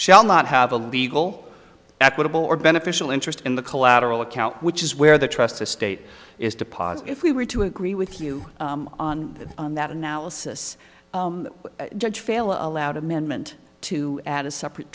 shall not have a legal equitable or beneficial interest in the collateral account which is where the trust estate is deposit if we were to agree with you on that analysis judge fail allowed amendment to add a separate